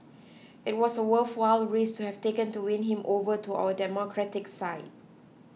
it was a worthwhile risk to have taken to win him over to our democratic side